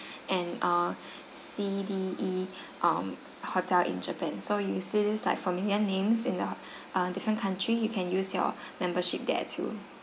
and err C D E um hotel in japan so you see this like familiar names in a different country you can use your membership there too